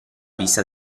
vista